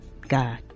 God